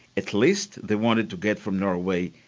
at least they wanted to get from norway,